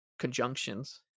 conjunctions